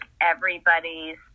everybody's